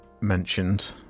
mentioned